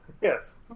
yes